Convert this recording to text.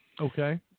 Okay